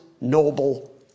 noble